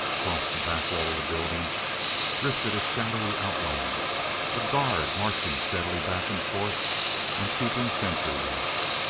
across the back wall of the building drifted a shadowy outline a guard marching steadily back and forth and keeping sentry watch.